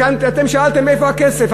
כאן אתם שאלתם איפה הכסף?